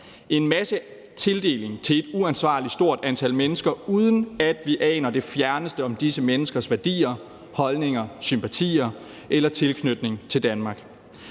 en massetildeling til et uansvarlig stort antal mennesker, uden at vi aner det fjerneste om disse menneskers værdier, holdninger, sympatier eller tilknytning til Danmark.